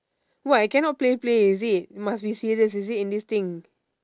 what I cannot play play is it must be serious is it in this thing